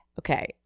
okay